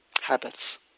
habits